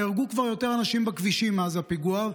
נהרגו כבר יותר אנשים בכבישים מאז הפיגוע,